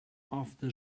after